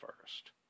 first